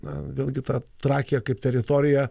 na vėlgi tą trakiją kaip teritoriją